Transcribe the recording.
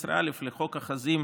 סעיף 18(א) לחוק החוזים